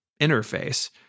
interface